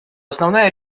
основная